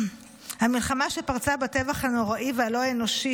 המלחמה שפרצה בטבח הנוראי והלא-האנושי